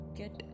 get